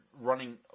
running